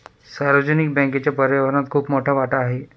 सार्वजनिक बँकेचा पर्यावरणात खूप मोठा वाटा आहे